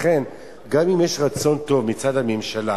לכן גם אם יש רצון טוב מצד הממשלה